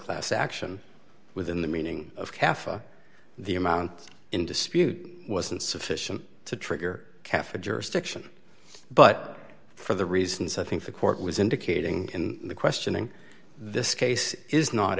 class action within the meaning of kaffir the amount in dispute wasn't sufficient to trigger kaffir jurisdiction but for the reasons i think the court was indicating in the questioning this case is not